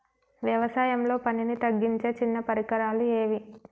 వ్యవసాయంలో పనిని తగ్గించే చిన్న పరికరాలు ఏవి?